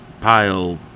pile